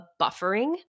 buffering